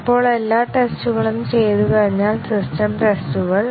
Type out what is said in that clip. ഇപ്പോൾ എല്ലാ ടെസ്റ്റുകളും ചെയ്തുകഴിഞ്ഞാൽ സിസ്റ്റം ടെസ്റ്റുകൾ